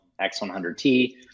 X100T